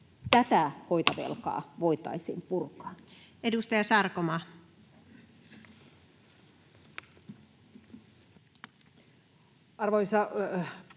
tätä hoitovelkaa voitaisiin purkaa. Edustaja Sarkomaa. Arvoisa puhemies!